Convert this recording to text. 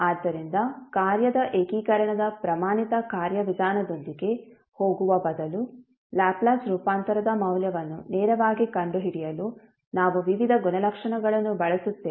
ಆದ್ದರಿಂದ ಕಾರ್ಯದ ಏಕೀಕರಣದ ಪ್ರಮಾಣಿತ ಕಾರ್ಯವಿಧಾನದೊಂದಿಗೆ ಹೋಗುವ ಬದಲು ಲ್ಯಾಪ್ಲೇಸ್ ರೂಪಾಂತರದ ಮೌಲ್ಯವನ್ನು ನೇರವಾಗಿ ಕಂಡುಹಿಡಿಯಲು ನಾವು ವಿವಿಧ ಗುಣಲಕ್ಷಣಗಳನ್ನು ಬಳಸುತ್ತೇವೆ